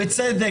בצדק,